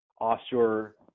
offshore